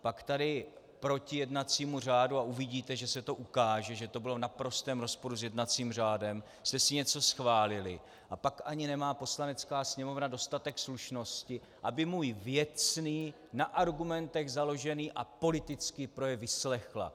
Pak tady proti jednacímu řádu, a uvidíte, že se to ukáže, že to bylo v naprostém rozporu s jednacím řádem, jste si něco schválili, a pak ani nemá Poslanecká sněmovna dostatek slušnosti, aby můj věcný, na argumentech založený a politický projev vyslechla.